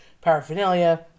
paraphernalia